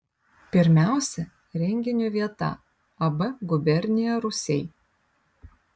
pirmiausia renginio vieta ab gubernija rūsiai